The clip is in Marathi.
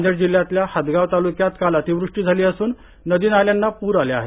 नांदेड जिल्ह्याच्या हदगाव तालूक्यात काल अतिवृष्टी झाली असून नदी नाल्यांना पूर आले आहेत